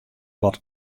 wat